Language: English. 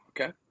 Okay